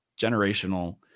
generational